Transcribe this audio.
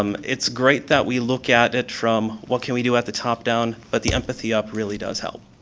um it's great that we look at it from what can we do at the top down, but the empathy up really does help.